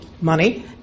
money